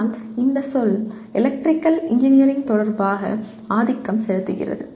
ஆனால் இந்த சொல் எலக்ட்ரிக்கல் இன்ஜினியரிங் தொடர்பாக ஆதிக்கம் செலுத்துகிறது